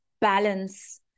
balance